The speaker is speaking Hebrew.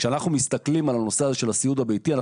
כשאנחנו מסתכלים על הסיעוד הביתי,